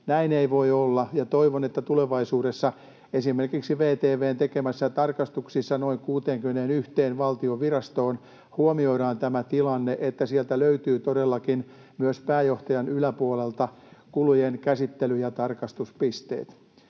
Näin ei voi olla, ja toivon, että tulevaisuudessa esimerkiksi VTV:n tekemissä tarkastuksissa noin 61:een valtion virastoon huomioidaan tämä tilanne, niin että sieltä löytyy todellakin myös pääjohtajan yläpuolelta kulujen käsittely‑ ja tarkastuspisteet.